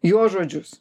jo žodžius